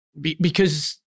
because-